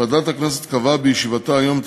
ועדת הכנסת קבעה בישיבתה היום את